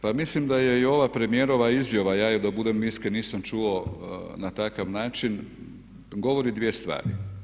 Pa mislim da je i ova premijerova izjava, ja je da budem iskren nisam čuo na takav način govori dvije stvari.